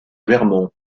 vermont